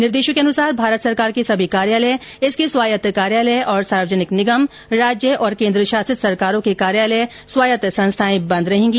निर्देशों के अनुसार भारत सरकार के सभी कार्यालय इसके स्वायत्त कार्यालय और सार्वजनिक निगम राज्य और केन्द्रशासित सरकारों के कार्यालय स्वायत्त संस्थाए बंद रहेंगी